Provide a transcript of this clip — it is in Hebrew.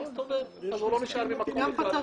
ואז מסתובבים ולא נשארים במקום אחד.